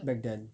back then